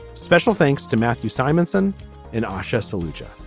special thanks to matthew simonton and asha soldier.